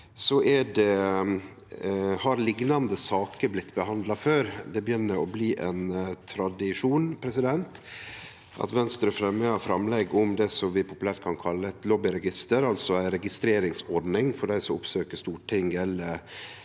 har liknande saker blitt behandla før. Det begynner å bli ein tradisjon at Venstre fremjar framlegg om det som vi populært kan kalle eit lobbyregister, altså ei registreringsordning for dei som oppsøkjer Stortinget eller